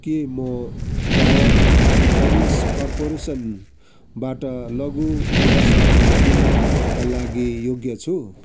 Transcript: के म power finance कर्पोरेसनबाट लघु व्यवसाय ऋणका लागि योग्य छु